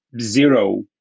zero